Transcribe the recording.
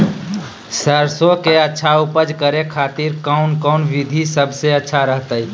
सरसों के अच्छा उपज करे खातिर कौन कौन विधि सबसे अच्छा रहतय?